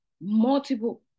Multiple